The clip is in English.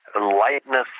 lightness